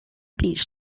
beach